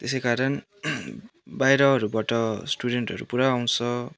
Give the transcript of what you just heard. त्यसै कारण बाहिरहरूबाट स्टुडेन्टहरू पुरा आउँछ